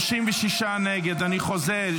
לוועדה שתקבע ועדת הכנסת נתקבלה.